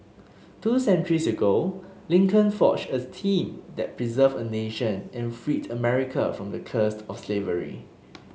two centuries ago Lincoln forged as team that preserved a nation and freed America from the cursed of slavery